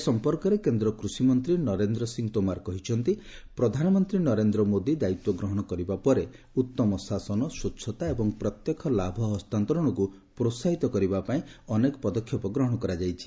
ଏ ସମ୍ପର୍କରେ କେନ୍ଦ୍ର କୃଷି ମନ୍ତ୍ରୀ ନରେନ୍ଦ୍ର ସିଂହ ତୋମାର କହିଛନ୍ତି ପ୍ରଧାନମନ୍ତ୍ରୀ ନରେନ୍ଦ୍ର ମୋଦୀ ଦାୟିତ୍ୱ ଗ୍ରହଣ କରିବା ପରେ ଉତ୍ତମ ଶାସନ ସ୍ୱଚ୍ଛତା ଏବଂ ପ୍ରତ୍ୟକ୍ଷ ଲାଭ ହସ୍ତାନ୍ତରଣକୁ ପ୍ରୋହାହିତ କରିବା ପାଇଁ ଅନେକ ପଦକ୍ଷେପ ଗ୍ରହଣ କରାଯାଇଛି